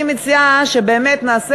אני מציעה שנעשה